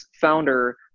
founder